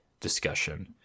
discussion